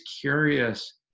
curious